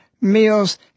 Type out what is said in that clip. meals